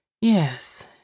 Yes